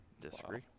Disagree